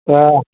हा